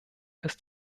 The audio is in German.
ist